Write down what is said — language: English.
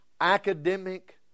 academic